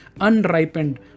unripened